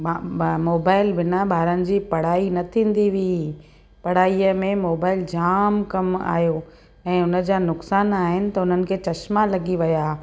मा ब मोबाइल बिना ॿारनि जी पढ़ाई न थींदी हुई पढ़ाई में मोबाइल जामु कमु आयो ऐं उन जा नुक़सान आहिनि त उन्हनि खे चश्मा लॻी विया